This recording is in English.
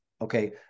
okay